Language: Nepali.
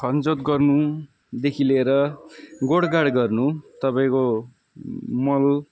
खन जोत गर्नुदेखि लिएर गोड गाड गर्नु तपाईँको मल